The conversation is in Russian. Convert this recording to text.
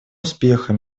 успеха